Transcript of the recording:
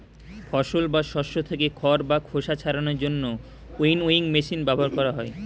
ফসল বা শস্য থেকে খড় বা খোসা ছাড়ানোর জন্য উইনউইং মেশিন ব্যবহার করা হয়